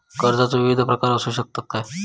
कर्जाचो विविध प्रकार असु शकतत काय?